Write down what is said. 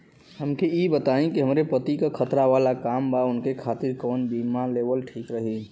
हमके ई बताईं कि हमरे पति क खतरा वाला काम बा ऊनके खातिर कवन बीमा लेवल ठीक रही?